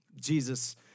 Jesus